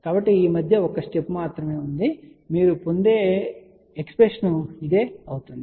కాబట్టి ఈ మధ్య ఒక స్టెప్ మాత్రమే ఉంది మీరు పొందే ఎక్స్ప్రెషన్ ఇది అవుతుంది